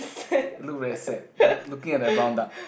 look very sad look~ looking at the brown duck